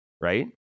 right